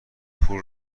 پول